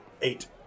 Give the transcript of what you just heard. Eight